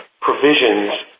provisions